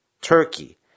Turkey